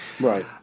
Right